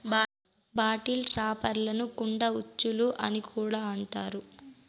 bottle ట్రాప్లను కుండ ఉచ్చులు అని కూడా అంటారు